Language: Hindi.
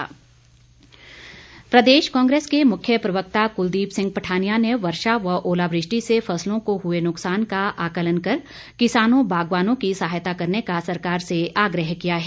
कुलदीप पठानिया प्रदेश कांग्रेस के मुख्य प्रवक्ता कुलदीप सिंह पठानिया ने वर्षा व ओलावृष्टि से फसलों को हुए नुकसान का आकंलन कर किसानों बागवानों की सहायता करने का सरकार से आग्रह किया है